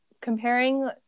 comparing